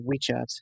WeChat